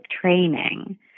training